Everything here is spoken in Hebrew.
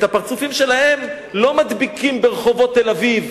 את הפרצופים שלהם לא מדביקים ברחובות תל-אביב,